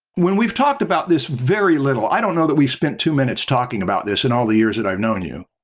we've talked about this very little, i don't know that we've spent two minutes talking about this in all the years that i've known you.